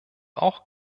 auch